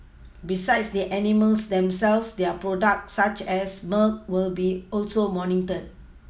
besides the animals themselves their products such as milk will also be monitored